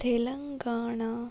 Telangana